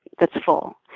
that's full,